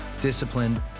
disciplined